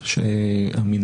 של פיטורים.